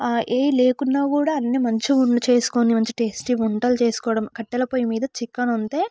ఏవి లేకున్నా కూడా అన్నీ మంచిగా ఉండి చేసుకుని మంచి టేస్టీగా వంటలు చేసుకోవడం కట్టెల పొయ్యి మీద చికెన్ వండితే